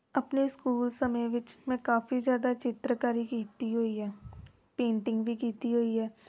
ਆਪਣੇ ਸਕੂਲ ਸਮੇਂ ਵਿੱਚ ਮੈਂ ਕਾਫੀ ਜ਼ਿਆਦਾ ਚਿੱਤਰਕਾਰੀ ਕੀਤੀ ਹੋਈ ਹੈ ਪੇਂਟਿੰਗ ਵੀ ਕੀਤੀ ਹੋਈ ਹੈ